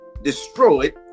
destroyed